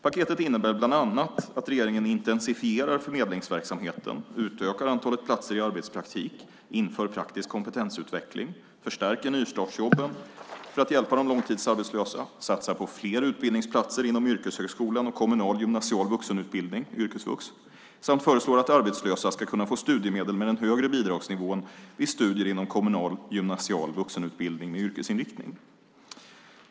Paketet innebär bland annat att regeringen intensifierar förmedlingsverksamheten, utökar antalet platser i arbetspraktik, inför praktisk kompetensutveckling, förstärker nystartsjobben för att hjälpa de långtidsarbetslösa, satsar på fler utbildningsplatser inom yrkeshögskolan och kommunal gymnasial vuxenutbildning samt föreslår att arbetslösa ska kunna få studiemedel med den högre bidragsnivån vid studier inom kommunal gymnasial vuxenutbildning med yrkesinriktning.